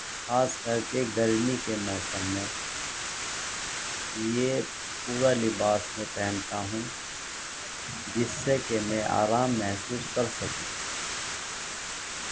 خاص کر کے گرمی کے موسم میں یہ پورا لباس میں پہنتا ہوں جس سے کہ میں آرام محسوس کر سکوں